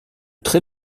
très